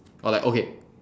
or like okay